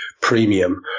premium